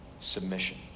submission